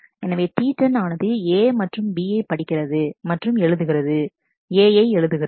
எனவே T10 ஆனது A மற்றும் B யை படிக்கிறது மற்றும் எழுதுகிறது A யை எழுதுகிறது